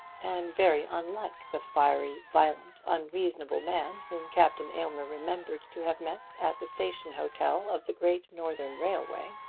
and very unlike the fiery, violent, unreasonable man whom captain aylmer remembered to have met at the station hotel of the great northern railway.